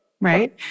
Right